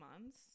months